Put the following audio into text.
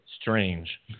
strange